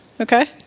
Okay